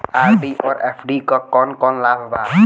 RD और FD क कौन कौन लाभ बा?